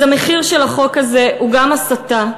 אז המחיר של החוק הזה הוא גם הסתה,